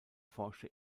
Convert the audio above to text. forschte